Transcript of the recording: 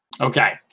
Okay